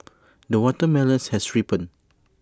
the watermelon has ripened